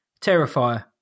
terrifier